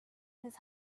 his